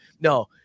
no